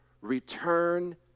return